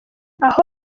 aho